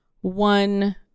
one